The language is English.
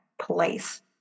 place